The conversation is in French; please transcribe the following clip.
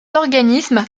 organisme